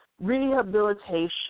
rehabilitation